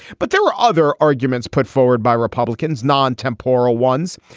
but there were other arguments put forward by republicans non temporal ones.